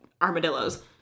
armadillos